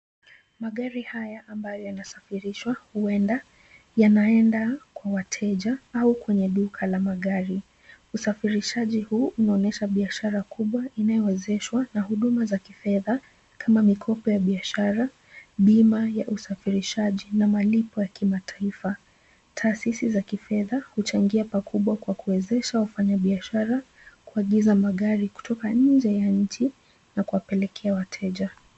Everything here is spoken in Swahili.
Magari haya ambayo yanasafirishwa, huenda yanaenda kwa wateja au kwenye duka la magari. Usafirishaji huu unaonyesha biashara kubwa inayowezeshwa na huduma za kifedha kama mikopo ya biashara, bima ya usafirishaji na malipo ya kimataifa. Taasisi za kifedha huchangia pakubwa kwa kuwezesha wafanyabiashara kuagiza magari kutoka nje ya nchi na kuwapelekea wateja.